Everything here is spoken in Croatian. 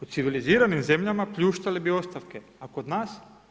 U civiliziranim zemljama pljuštale bi ostavke, a kod nas?